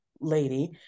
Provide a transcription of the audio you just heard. lady